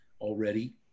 already